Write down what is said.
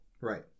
Right